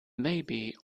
maybe